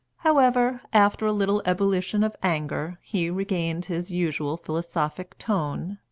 however, after a little ebullition of anger, he regained his usual philosophic tone,